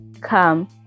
come